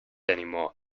anymore